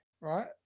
right